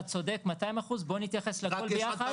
אתה צודק 200 אחוז, בואו נתייחס להכול ביחד.